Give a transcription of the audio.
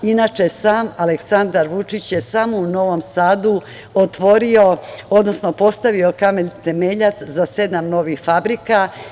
Inače, sam Aleksandar Vučić je u Novom Sadu otvorio, odnosno postavio kamen temeljac za sedam novih fabrika.